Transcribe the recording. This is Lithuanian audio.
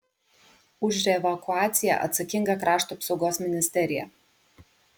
už reevakuaciją atsakinga krašto apsaugos ministerija